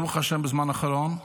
ברוך השם, בזמן האחרון,